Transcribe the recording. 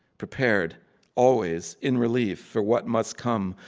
prepared always in relief for what must come,